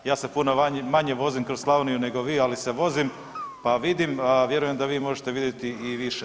Ja se puno manje vozim kroz Slavoniju nego vi, ali se vozim pa vidim a vjerujem da vi možete vidjeti i više.